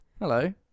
Hello